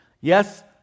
yes